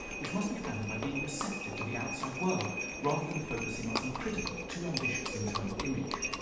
which must be found by being receptive to the outside world rather than focusing on some critical, too-ambitious internal image.